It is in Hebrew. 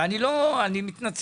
תודה